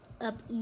up